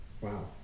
Wow